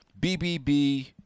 BBB